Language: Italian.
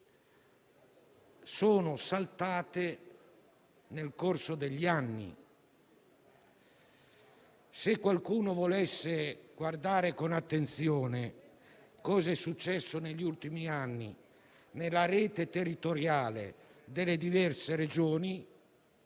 è saltata nel corso degli anni. Se qualcuno volesse guardare con attenzione a cosa è successo negli ultimi anni nella rete territoriale delle diverse Regioni